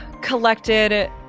collected